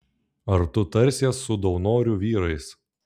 ar tu tarsies su daunorių vyrais